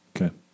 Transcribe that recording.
Okay